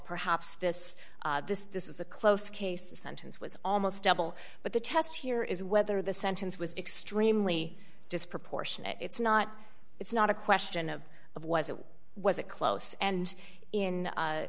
perhaps this this this was a close case the sentence was almost double but the test here is whether the sentence was extremely disproportionate it's not it's not a question of of was it was a close and in